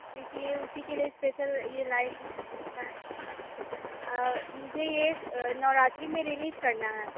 क्योंकि ये उसी के लिए स्पेशल ये लाइन मैंने लिखी है मुझे ये नवरात्रि में रिलीज़ करना है